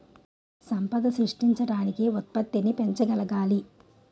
సంపద సృష్టించడానికి ఉత్పత్తిని పెంచగలగాలి